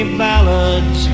ballads